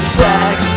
sex